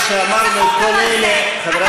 יגנה את השמאל הבוגדני, שכן קיים.